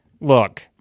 Look